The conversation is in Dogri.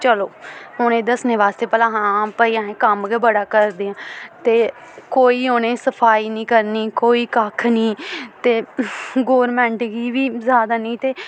चलो उ'नें दस्सने बास्तै भलां भाई असें कम्म गै बड़ा करदे आं ते कोई उ'नें सफाई निं करनी कोई कक्ख निं ते गौरमैंट गी बी जादा निं ते